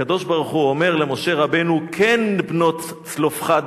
הקדוש-ברוך-הוא אומר למשה רבנו: "כן בנות צלפחד